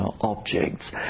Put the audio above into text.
objects